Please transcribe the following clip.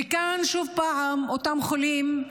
וכאן, שוב, אותם חולים,